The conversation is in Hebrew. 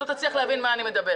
לא תצליח להבין על מה אני מדברת.